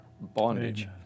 bondage